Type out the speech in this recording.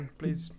please